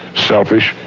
selfish,